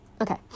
Okay